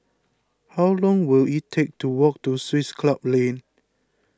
how long will it take to walk to Swiss Club Lane